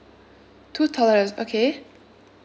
two toddlers okay